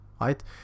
right